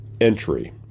entry